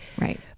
right